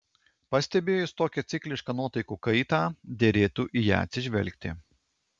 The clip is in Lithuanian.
pastebėjus tokią ciklišką nuotaikų kaitą derėtų į ją atsižvelgti